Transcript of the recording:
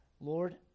Lord